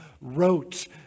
wrote